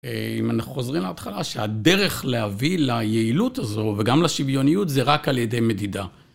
אם אנחנו חוזרים להתחלה, שהדרך להביא ליעילות הזו וגם לשוויוניות זה רק על ידי מדידה.